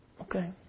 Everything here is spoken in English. okay